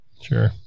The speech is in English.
Sure